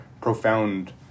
profound